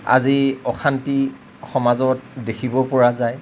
আজি অশান্তি সমাজত দেখিব পৰা যায়